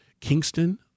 Kingston